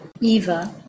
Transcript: Eva